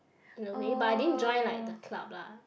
in a way but I didn't join like the club lah